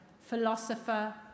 philosopher